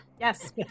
Yes